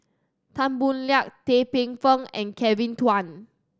Tan Boo Liat Tan Paey Fern and Kevin Kwan